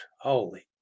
Holy